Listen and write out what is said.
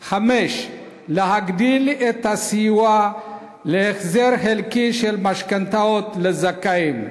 5. להגדיל את הסיוע להחזר חלקי של משכנתאות לזכאים,